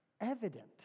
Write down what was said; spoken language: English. evident